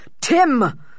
tim